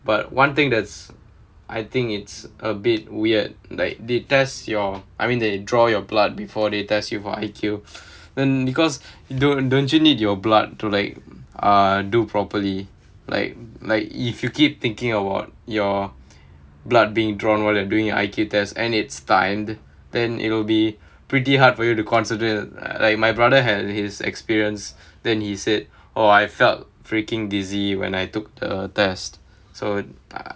but one thing that's I think it's a bit weird like they test your I mean they draw your blood before they test you for I_Q then because don't don't you need your blood to like ah do properly like like if you keep thinking about your blood being drawn while you're doing your I_Q test and it's time then it'll be pretty hard for you to consider like my brother had his experience then he said oh I felt freaking dizzy when I took the test so ah